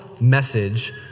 message